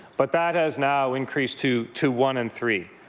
but that has now increased to to one in three.